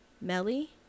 Melly